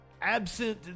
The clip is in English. absent